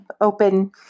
open